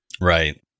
Right